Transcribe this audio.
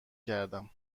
کردم